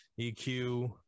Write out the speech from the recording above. eq